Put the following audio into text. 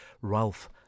ralph